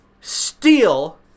steal